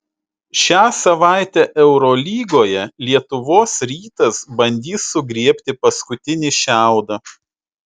šią savaitę eurolygoje lietuvos rytas bandys sugriebti paskutinį šiaudą